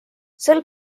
sel